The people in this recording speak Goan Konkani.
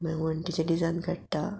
मागीर वण्टीचे डिजायन काडटा